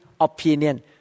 opinion